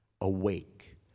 awake